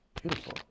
beautiful